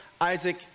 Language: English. Isaac